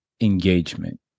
engagement